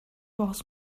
was